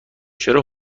چرا